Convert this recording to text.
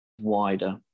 wider